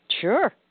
Sure